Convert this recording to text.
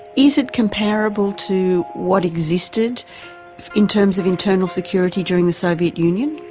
is it comparable to what existed in terms of internal security during the soviet union?